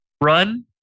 run